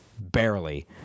barely